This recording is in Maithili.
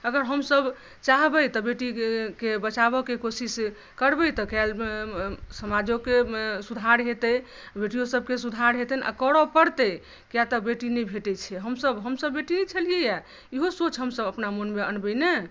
अगर हमसभ चाहबै तऽ बेटीके बचाबयके कोशिश करबै तऽ काल्हि समाजोके सुधार हेतै बेटियो सभक सुधार हेतै आ करऽ परतै कियाकि बेटी नहि भेटै छै हमसभ हमसभ बेटी नहि छलिया हॅं इहो सोच हमसभ अपना मोनमे अनबै ने